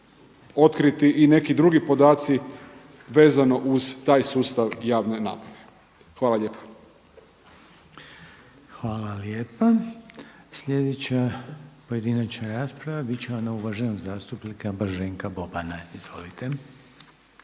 otkriti i neki drugi podaci vezano uz taj sustav javne nabave. Hvala lijepo. **Reiner, Željko (HDZ)** Hvala lijepa. Sljedeća pojedinačna rasprava bit će ona uvaženog zastupnika Blaženka Bobana. Izvolite.